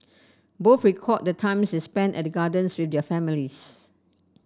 both recalled the times they spent at the gardens with their families